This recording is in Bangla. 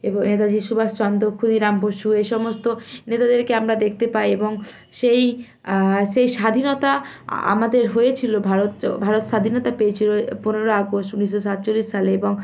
নেতাজি সুভাষচন্দ্র ক্ষুদিরাম বসু এ সমস্ত নেতাদেরকে আমরা দেখতে পাই এবং সেই সেই স্বাধীনতা আমাদের হয়েছিলো ভারত য ভারত স্বাধীনতা পেয়েছিলো পনেরোই আগস্ট উনিশশো সাতচল্লিশ সালে এবং